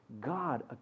God